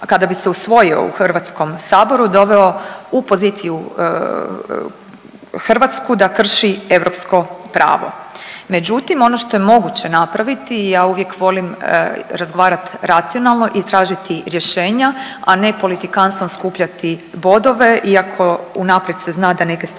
kada bi se usvojio u Hrvatskom saboru doveo u poziciju Hrvatsku da krši europsko pravo. Međutim, ono što je moguće napraviti i ja uvijek volim razgovarati racionalno i tražiti rješenja, a ne politikanstvom skupljati bodove iako unaprijed se zna da neke stvari